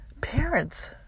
parents